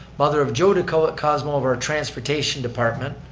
mother of joe decosmo of our transportation department.